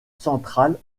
centrale